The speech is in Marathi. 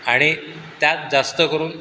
आणि त्यात जास्त करून